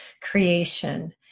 creation